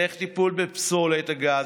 דרך טיפול בפסולת הגז,